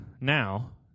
now